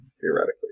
theoretically